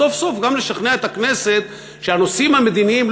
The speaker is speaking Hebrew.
סוף-סוף גם לשכנע את הכנסת שהנושאים המדיניים,